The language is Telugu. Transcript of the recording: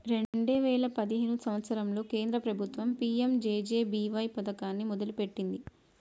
రెండే వేయిల పదిహేను సంవత్సరంలో కేంద్ర ప్రభుత్వం పీ.యం.జే.జే.బీ.వై పథకాన్ని మొదలుపెట్టింది